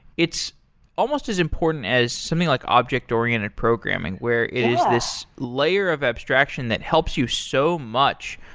it's almost as important as something like ah object-oriented programming where it is this layer of abstraction that helps you so much,